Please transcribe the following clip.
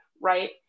right